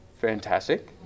Fantastic